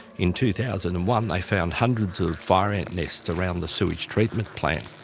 in two thousand and one they found hundreds of fire ant nests around the sewerage treatment plant.